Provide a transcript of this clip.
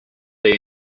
they